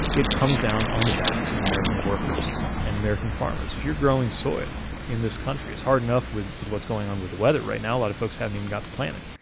it comes down on the backs of american workers and american farmers. if you're growing soy in this country, it's hard enough with with what's going on with the weather right now a lot of folks haven't even got to plant it.